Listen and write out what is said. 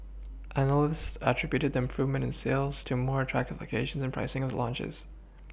analysts attributed the improvement in sales to more attractive locations and pricing of the launches